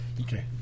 Okay